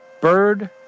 bird